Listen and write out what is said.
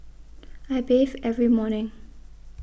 I bathe every morning